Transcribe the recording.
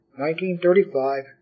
1935